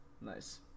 nice